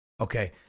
Okay